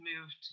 moved